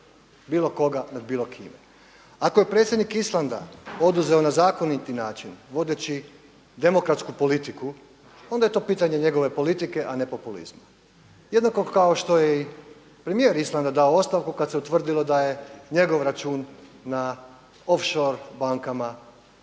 bilo koga nad bilo kime. Ako je predsjednik Islanda oduzeo na zakoniti način vodeći demokratsku politiku onda je to pitanje njegove politike, a ne populizma. Jednako kao što je i premijer Islanda dao ostavku kada se utvrdilo da je njegov račun na offshore bankama radi